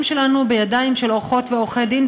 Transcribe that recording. שלנו בידיים של עורכות ועורכי דין,